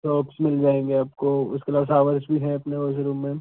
shops मिल जाएंगे आपको उसके अलावा शावर्स भी है अपने इस रूम में